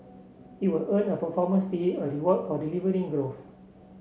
it will earn a performance fee a reward for delivering growth